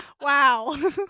wow